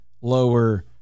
lower